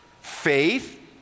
Faith